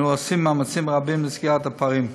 ואנו עושים מאמצים רבים לסגירת הפערים.